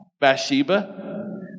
Bathsheba